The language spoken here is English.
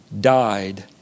died